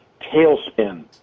tailspin